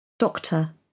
Doctor